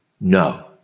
No